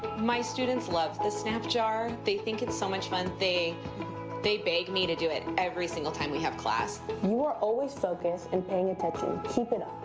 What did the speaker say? my students love the snap jar. they think it's so much fun. they they beg me to do it every single time we have class. you are always focused and paying attention. keep it up.